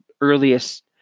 earliest